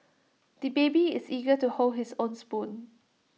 the baby is eager to hold his own spoon